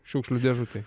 šiukšlių dėžutėj